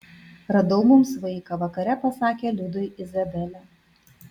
radau mums vaiką vakare pasakė liudui izabelė